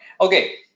Okay